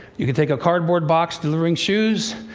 you could take a cardboard box delivering shoes,